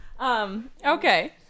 Okay